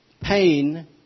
pain